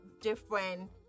different